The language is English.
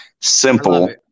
simple